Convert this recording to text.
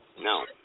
No